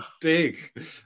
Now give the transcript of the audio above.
big